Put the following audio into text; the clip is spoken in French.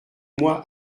moi